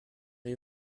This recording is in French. les